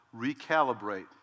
recalibrate